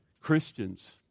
Christians